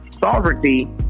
sovereignty